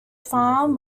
farm